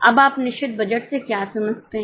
अब आपनिश्चित बजट से क्या समझते हैं